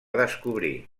descobrir